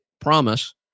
Promise